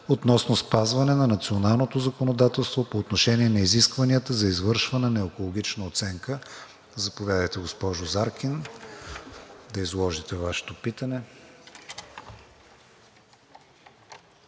относно спазване на националното законодателство по отношение на изискванията за извършване на екологична оценка. Заповядайте, госпожо Заркин, да изложите Вашето питане.